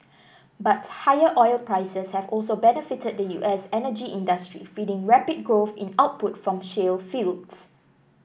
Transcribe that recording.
but higher oil prices have also benefited the U S energy industry feeding rapid growth in output from shale fields